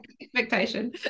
expectation